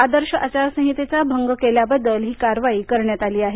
आदर्श आचार संहितेचा भंग केल्याबद्दल ही कारवाई करण्यात आली आहे